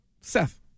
Seth